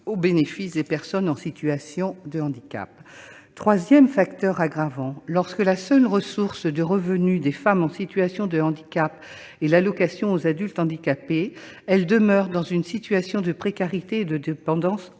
au bénéfice des personnes en situation de handicap. Troisième facteur aggravant : lorsque la seule source de revenus des femmes en situation de handicap est l'allocation aux adultes handicapés, elles demeurent dans une situation de précarité et de dépendance